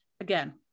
again